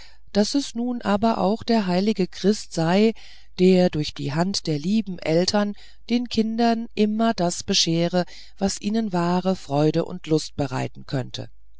daß es nun aber auch der heilige christ sei der durch die hand der lieben eltern den kindern immer das beschere was ihnen wahre freude und lust bereiten könne